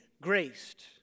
graced